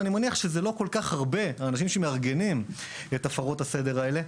ואני מניח שאין כל כך הרבה אנשים שמארגנים את הפרות הסדר האלה.